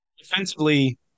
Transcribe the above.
Defensively